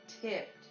tipped